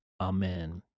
Amen